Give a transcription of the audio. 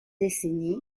décennies